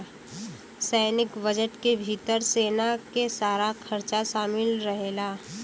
सैनिक बजट के भितर सेना के सारा खरचा शामिल रहेला